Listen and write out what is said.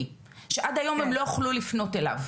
שעד היום הם לא יכלו לפנות אליו.